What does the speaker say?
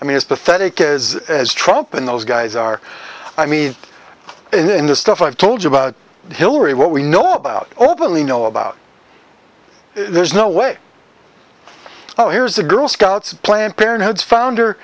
i mean it's pathetic is as trumping those guys are i mean in the stuff i've told you about hillary what we know about openly know about there's no way oh here's a girl scouts planned parenthood's founder